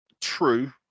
True